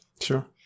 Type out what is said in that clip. Sure